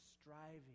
striving